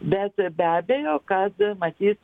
bet be abejo kad matyt